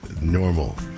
normal